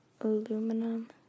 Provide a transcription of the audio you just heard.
aluminum